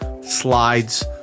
slides